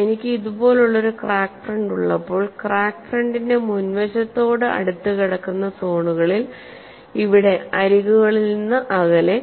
എനിക്ക് ഇതുപോലുള്ള ഒരു ക്രാക്ക് ഫ്രണ്ട് ഉള്ളപ്പോൾ ക്രാക്ക് ഫ്രണ്ടിന്റെ മുൻവശത്തോട് അടുത്ത് കിടക്കുന്ന സോണുകളിൽ ഇവിടെ അരികുകളിൽ നിന്ന് അകലെ